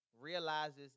realizes